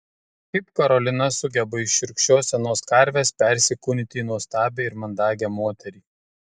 kaip karolina sugeba iš šiurkščios senos karvės persikūnyti į nuostabią ir mandagią moterį